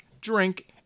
drink